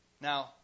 Now